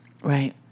Right